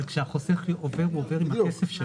אבל כשהחוסך עובר הוא עובר עם הכסף שלו.